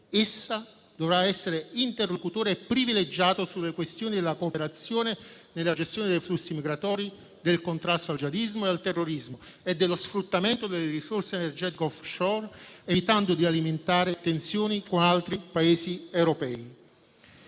essa dovrà essere interlocutore privilegiato sulle questioni della cooperazione nella gestione dei flussi migratori, del contrasto al jihadismo e al terrorismo e dello sfruttamento delle risorse energetiche *off-shore*, evitando di alimentare tensioni con altri Paesi europei.